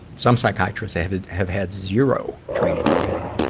some psychiatrist have had have had zero training in,